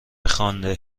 خوانده